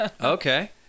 Okay